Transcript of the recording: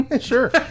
Sure